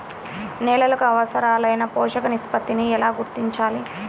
నేలలకు అవసరాలైన పోషక నిష్పత్తిని ఎలా గుర్తించాలి?